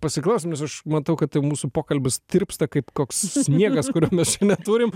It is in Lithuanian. pasiklausom nes aš matau kad jau mūsų pokalbis tirpsta kaip koks sniegas kurio mes čia neturim